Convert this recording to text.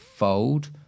fold